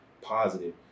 positive